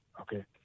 Okay